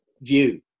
view